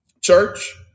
church